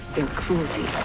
their cruelty.